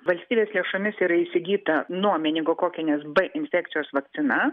valstybės lėšomis yra įsigyta nuo meningokokinės b infekcijos vakcina